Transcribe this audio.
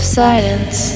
silence